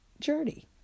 journey